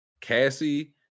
Cassie